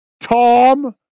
Tom